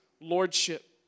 lordship